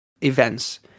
events